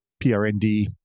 prnd